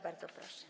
Bardzo proszę.